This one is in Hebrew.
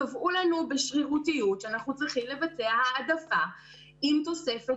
קבעו לנו בשרירותיות שאנחנו צריכים לבצע העדפה עם תוספת